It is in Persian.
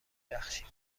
بخشیم